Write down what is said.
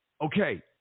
okay